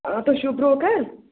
آ تُہۍ چھِو برٛوکر